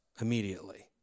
immediately